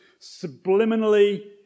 subliminally